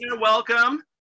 welcome